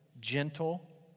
gentle